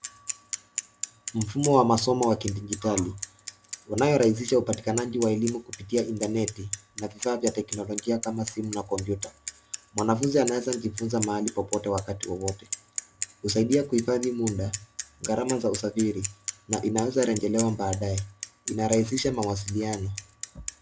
Mfumo wa masomo wa kidijitali unaorahisisha upatikanaji wa masomo kupitia intaneti na vifaa vya teknolojia kama simu na kompyuta. Mwanafunzi anaweza jifunza mahali popote, wakati wowote. Husaidia kuhifadhi muda, gharama za usafiri na inaweza rejelewa baadae. Inarahisisha mawasiliano.